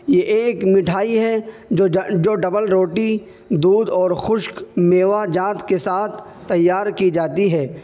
یہ ایک مٹھائی ہے جو جو ڈبل روٹی دودھ اور خشک میوہ جات کے ساتھ تیار کی جاتی ہے